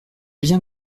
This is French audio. bien